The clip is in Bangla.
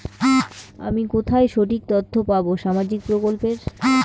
আমি কোথায় সঠিক তথ্য পাবো সামাজিক প্রকল্পের?